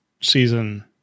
season